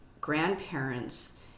grandparents